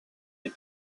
les